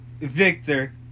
Victor